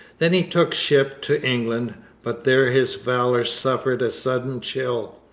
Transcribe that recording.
then he took ship to england but there his valour suffered a sudden chill.